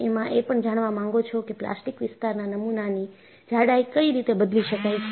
એમાં એ પણ જાણવા માગો છો કે પ્લાસ્ટિક વિસ્તારના નમૂનાની જાડાઈ કઈ રીતે બદલી શકાય છે